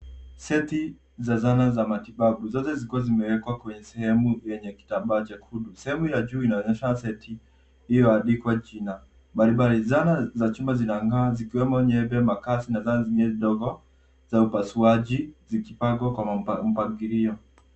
Seti za zana za matibabu zote zikiwa zimewekwa kwenye sehemu ya kitambaa chekundu. Sehemu ya juu inaonyesha seti iliyoandikwa jina mbalimbali. Zana za chuma zina ng'aa zikiwemo mkasi nyembe ndogo za upasuaji zikipangwa kwa mpangilio.